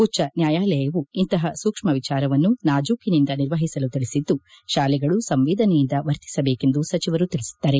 ಉಚ್ಚ ನ್ಯಾಯಾಲಯವೂ ಇಂತಹ ಸೂಕ್ಷ್ಮ ವಿಚಾರವನ್ನು ನಾಜೂಕಿನಿಂದ ನಿರ್ವಹಿಸಲು ತಿಳಿಸಿದ್ದು ಶಾಲೆಗಳು ಸಂವೇದನೆಯಿಂದ ವರ್ತಿಸಬೇಕೆಂದು ಸಚಿವರು ತಿಳಿಸಿದ್ದಾರೆ